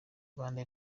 rwanda